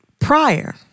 Prior